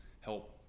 help